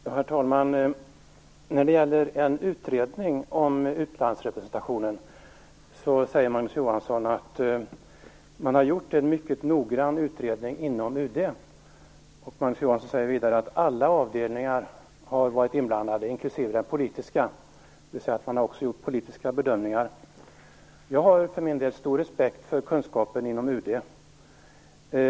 Herr talman! När det gäller en utredning om utlandsrepresentationen säger Magnus Johansson att man har gjort en mycket noggrann utredning inom UD. Magnus Johansson säger vidare att alla avdelningar har varit inblandade, inklusive den politiska, dvs. man har också gjort politiska bedömningar. Jag har för min del stor respekt för kunskapen inom UD.